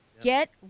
Get